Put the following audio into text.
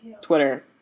Twitter